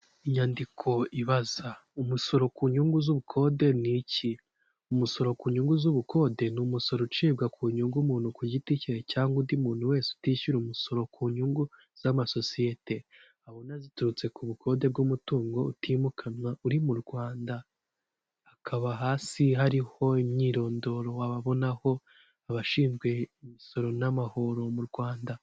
Inyandiko ibaza umusoro ku nyungu z'ubukode ni iki? umusoro ku nyungu z'ubukode ni umusoro ucibwa ku nyungu umuntu ku giti cye cyangwa undi muntu wese utishyura umusoro ku nyungu z'amasosiyete abona ziturutse ku bukode bw'umutungo utimukanwa uri mu Rwanda hakaba hasi hariho imyirondoro wabonaho abashinzwe imisoro namahoro mu Rwanda.